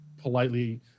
politely